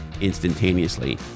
instantaneously